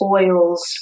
oils